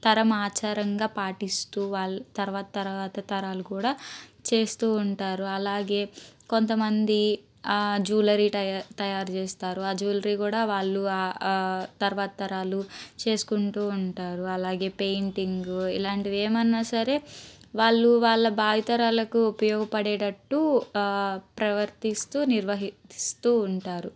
తరం ఆచారంగా పాటిస్తూ వాళ్ళ తర్వాత తర్వాత తరాలు కూడా చేస్తూ ఉంటారు అలాగే కొంతమంది జువెలరీ తయా తయారు చేస్తారు ఆ జువెలరీ కూడా వాళ్ళు తర్వాత తరాలు చేసుకుంటూ ఉంటారు అలాగే పెయింటింగ్ ఇలాంటివి ఏమన్నా సరే వాళ్ళు వాళ్ళ భావితరాలకు ఉపయోగపడేటట్టు ప్రవర్తిస్తూ నిర్వహిస్తూ ఉంటారు